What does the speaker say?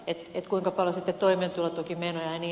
sitten palautuu valtiolle